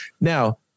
Now